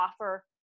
offer